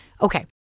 Okay